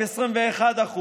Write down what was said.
עם 21%,